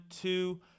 two